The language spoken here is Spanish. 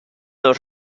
los